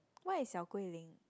where is your Gui-Lin